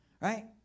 Right